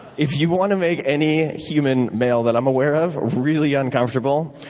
if you want to make any human male that i'm aware of really uncomfortable,